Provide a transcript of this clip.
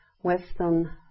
Western